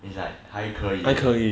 it's like 还可以